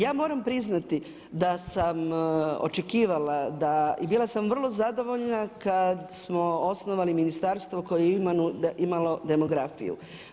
Ja moram priznati da sam očekivala i bila sam vrlo zadovoljna kada smo osnovali ministarstvo koje je imalo demografiju.